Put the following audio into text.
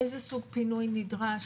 איזה סוג פינוי נדרש.